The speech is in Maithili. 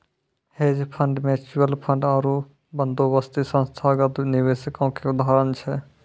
हेज फंड, म्युचुअल फंड आरु बंदोबस्ती संस्थागत निवेशको के उदाहरण छै